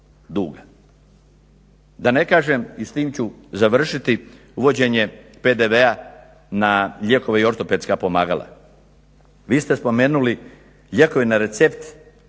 Da ne kažem i s tim ću završiti uvođenje PDV-a na lijekove i ortopedska pomagala. Vi ste spomenuli lijekovi na recept